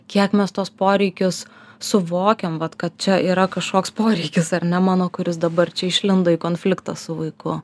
kiek mes tuos poreikius suvokiam vat kad čia yra kažkoks poreikis ar ne mano kuris dabar čia išlindo į konfliktą su vaiku